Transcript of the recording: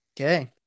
Okay